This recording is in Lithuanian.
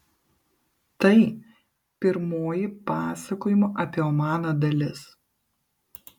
tai pirmoji pasakojimo apie omaną dalis